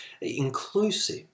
inclusive